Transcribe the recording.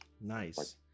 Nice